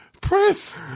Prince